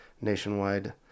Nationwide